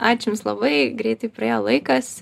ačiū jums labai greitai praėjo laikas